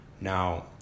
Now